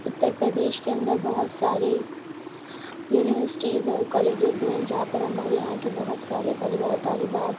اتر پردیش کے اندر بہت سارے یونیورسٹیز اور کالجز ہیں جہاں پر ہمارے یہاں کے بہت سارے طلباء اور طالبات